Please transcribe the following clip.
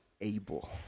able